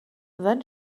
then